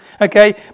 okay